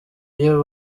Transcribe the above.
iyo